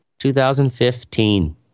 2015